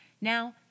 Now